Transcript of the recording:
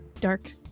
dark